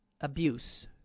abuse